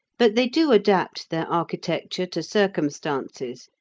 but they do adapt their architecture to circumstances,